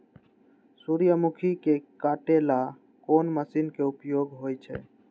सूर्यमुखी के काटे ला कोंन मशीन के उपयोग होई छइ?